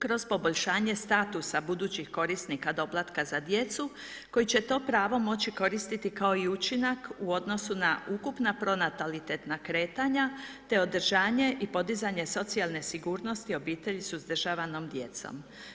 Kroz poboljšanje statusa budućih korisnika doplatka za djecu, koje će to pravo moći koristiti kao i učinak, u odnosu na ukupna pronatalitetna kretanja, te održanje i podizanje socijalne sigurnosti obitelji s uzdržavanom djecom.